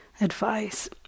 advice